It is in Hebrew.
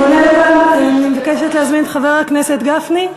אני מבקשת להזמין את חבר הכנסת גפני,